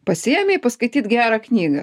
pasiėmei paskaityt gerą knygą